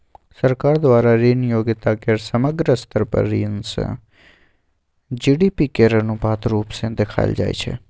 सरकार द्वारा ऋण योग्यता केर समग्र स्तर पर ऋण सँ जी.डी.पी केर अनुपात रुप सँ देखाएल जाइ छै